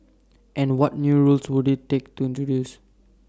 and what new rules would IT take to introduce